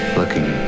looking